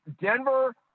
Denver